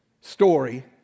story